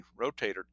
rotator